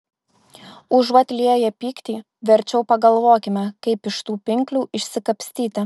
užuot lieję pyktį verčiau pagalvokime kaip iš tų pinklių išsikapstyti